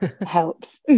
helps